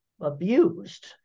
abused